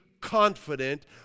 confident